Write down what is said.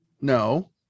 no